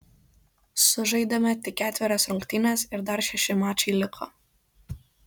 sužaidėme tik ketverias rungtynes ir dar šeši mačai liko